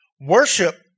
Worship